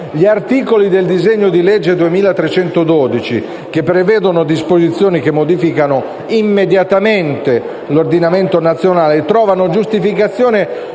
Gli articoli del disegno di legge n. 2312, che prevedono disposizioni che modificano immediatamente l'ordinamento nazionale, trovano giustificazione